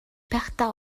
байхдаа